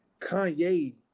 Kanye